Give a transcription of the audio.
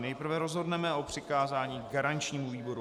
Nejprve rozhodneme o přikázání garančnímu výboru.